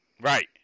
Right